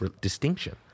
distinction